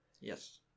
Yes